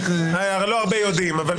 לא הרבה יודעים, אבל כן.